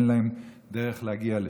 אין להם דרך להגיע לשם,